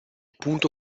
punto